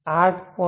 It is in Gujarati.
8 86